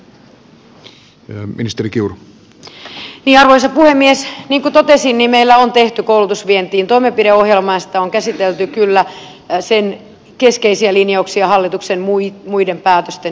niin kuin totesin meillä on tehty koulutusvientiin toimenpideohjelma ja sen keskeisiä linjauksia on kyllä käsitelty hallituksen muiden päätösten yhteydessä